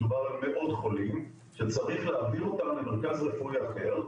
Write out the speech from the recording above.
מדובר על מאות חולים שצריך להעביר אותם למרכז רפואי אחר,